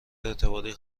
اعتباری